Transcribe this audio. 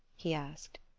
he asked.